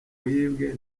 wibwe